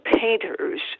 painters